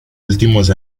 últimos